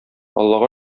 аллага